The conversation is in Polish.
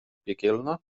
piekielna